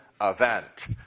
event